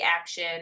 action